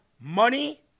money